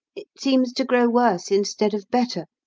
it seems to grow worse instead of better.